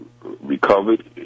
recovered